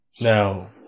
Now